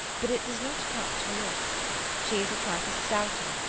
but it does not touch her looks she is a trifle stouter,